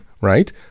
Right